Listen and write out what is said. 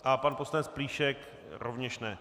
A pan poslanec Plíšek rovněž ne.